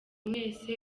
mwese